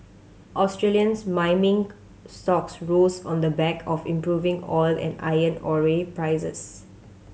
Australians mining stocks rose on the back of improving oil and iron ore prices